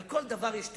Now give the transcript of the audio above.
על כל דבר יש תירוץ.